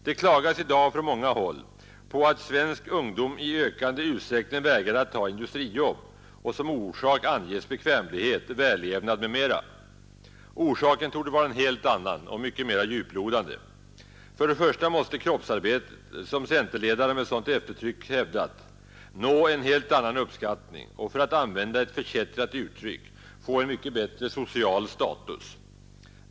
Det klagas i dag från många håll på att svensk ungdom i ökande utsträckning vägrar att ta industrijobb, och som orsak anges bekvämlighet, vällevnad m.m. Orsaken torde vara en helt annan och mycket mera djuplodande. För det första måste kroppsarbetet, som centerledaren med sådant eftertryck hävdat, nå en helt annan uppskattning och, för att använda ett förkättrat uttryck, få en mycket bättre social status.